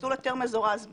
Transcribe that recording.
במסלול היתר מזורז ב',